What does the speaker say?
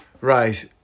Right